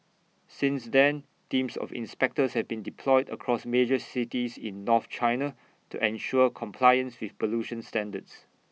since then teams of inspectors have been deployed across major cities in north China to ensure compliance with pollution standards